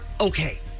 okay